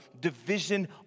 division